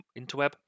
interweb